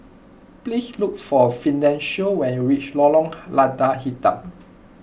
please look for Fidencio when you reach Lorong Lada Hitam